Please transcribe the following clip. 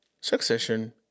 Succession